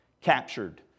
captured